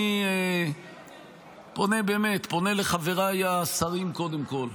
אני פונה באמת לחבריי השרים קודם כול,